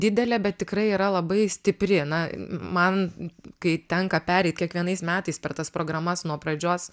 didelė bet tikrai yra labai stipri na man kai tenka pereit kiekvienais metais per tas programas nuo pradžios